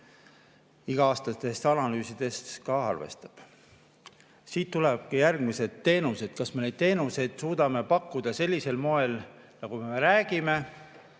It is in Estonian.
iga-aastastes analüüsides ka arvestab. Siit tulevadki järgmised teenused. Kas me neid teenuseid suudame pakkuda sellisel moel, nagu me räägime,